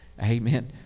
Amen